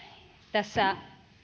tässä